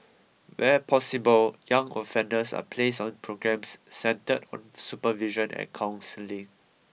where possible young offenders are placed on programmes centred on supervision and counselling